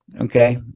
Okay